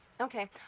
Okay